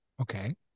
Okay